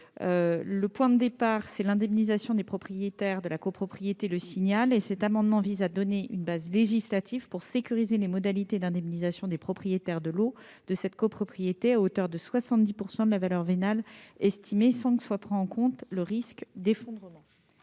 Le point de départ est l'indemnisation des propriétaires de la copropriété Le Signal. Cet amendement vise à donner une base législative pour sécuriser les modalités d'indemnisation des propriétaires de cette copropriété à hauteur de 70 % de la valeur vénale estimée, sans que soit pris en compte le risque d'effondrement.